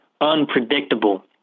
unpredictable